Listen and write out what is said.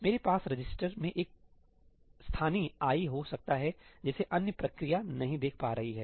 मेरे पास रजिस्टर में एक स्थानीय i हो सकता है जिसे अन्य प्रक्रिया नहीं देख पा रही है